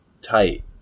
tight